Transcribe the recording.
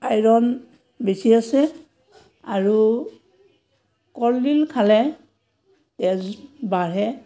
iron বেছি আছে আৰু কলডিল খালে তেজ বাঢ়ে